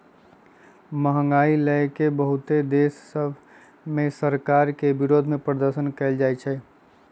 महंगाई लए के बहुते देश सभ में सरकार के विरोधमें प्रदर्शन कएल जाइ छइ